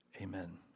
Amen